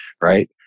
right